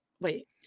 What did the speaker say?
Wait